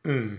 hm